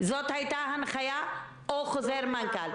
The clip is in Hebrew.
זאת הייתה הנחיה או חוזר מנכ"ל?